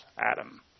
Adam